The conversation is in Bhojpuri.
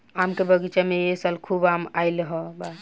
आम के बगीचा में ए साल खूब आम आईल बा